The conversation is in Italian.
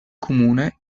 comune